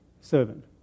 servant